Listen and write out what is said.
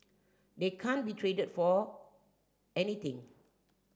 they can't be traded for anything